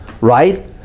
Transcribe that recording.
right